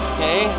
Okay